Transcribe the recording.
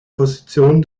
position